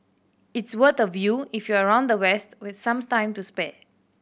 it's worth a view if you're around the west with some time to spare